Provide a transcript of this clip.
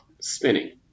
spinning